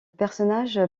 personnage